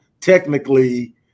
technically